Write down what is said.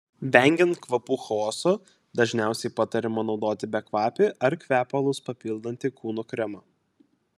vengiant kvapų chaoso dažniausiai patariama naudoti bekvapį ar kvepalus papildantį kūno kremą